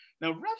Now